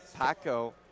Paco